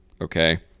okay